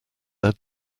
led